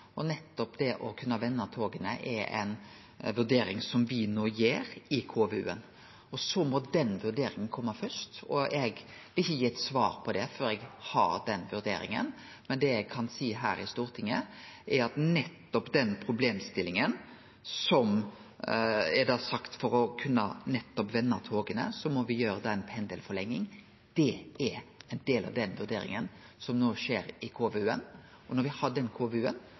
å kunne vende toga er ei vurdering som me no gjer i KVU-en. Den vurderinga må kome først. Eg vil ikkje gi eit svar på det før eg har den vurderinga, men det eg kan seie her på Stortinget, er at for at ein skal kunne vende toga, må me gjere ei pendelforlenging. Det er ein del av den vurderinga som no skjer i KVU-en. Når me har den